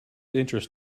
interest